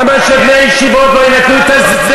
לא אמרתי חרדים, אתה טועה.